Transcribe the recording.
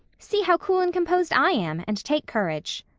see how cool and composed i am, and take courage.